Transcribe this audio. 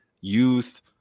youth